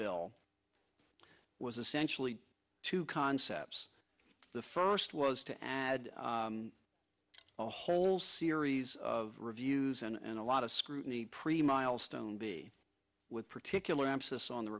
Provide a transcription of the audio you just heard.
bill was essentially two concepts the first was to add a whole series of reviews and a lot of scrutiny pre milestone b with particular emphasis on the